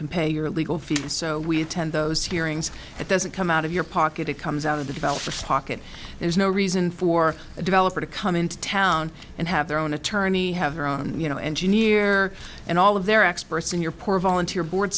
compare your legal fees so we attend those hearings it doesn't come out of your pocket it comes out of the developer socket there's no reason for a developer to come into town and have their own attorney have their own you know engineer and all of their experts in your poor volunteer board